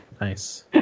Nice